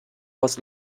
was